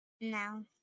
No